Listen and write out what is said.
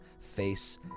face